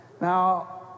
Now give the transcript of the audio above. Now